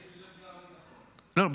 אצל שר הביטחון --- בסדר.